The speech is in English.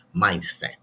mindset